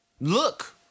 Look